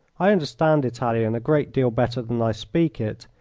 i understand italian a great deal better than i speak it,